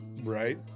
Right